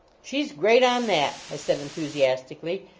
she s great on that, i said, enthusi astically.